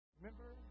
Remember